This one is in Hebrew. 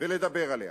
ולדבר עליה.